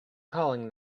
calling